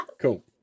Cool